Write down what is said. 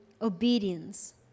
obedience